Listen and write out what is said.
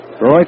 Roy